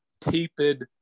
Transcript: tepid